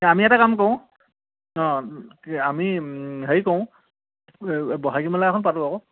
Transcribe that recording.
আমি এটা কাম কৰোঁ অঁ আমি হেৰি কৰোঁ বহাগী মেলা এখন পাতোঁ আকৌ